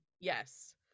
yes